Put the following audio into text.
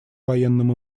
военным